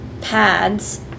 pads